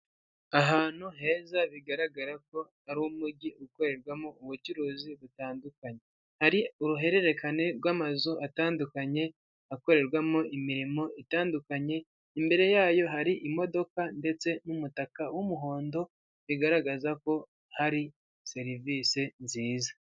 Ahantu heza bigaragara ko ariwo umujyi ukorerwamo ubucuruzi butandukanye. Hari uruhererekane rw'amazu atandukanye akorerwamo imirimo itandukanye, imbere yayo hari imodoka ndetse n'umutaka w'umuhondo bigaragaza ko hari serivisi nziza.